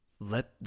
let